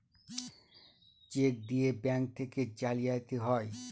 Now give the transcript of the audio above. check দিয়ে bank থেকে জালিয়াতি হয়